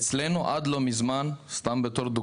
אצלנו עד לא מזמן לדוגמה,